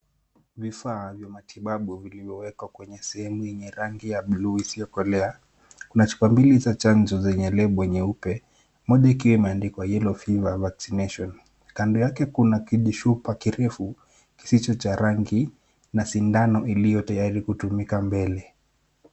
Vifaa vya matibabu vilivyowekwa kwenye sehemu ya rangi ya buluu isiyokolea, kuna chupa mbili za chanjo moja ikiwa imeandikwa "Yellow Fever Vaccination" . Kando yake kuna kijichupa kirefu kisicho cha rangi na sindano iliyotayari kutumika mbele.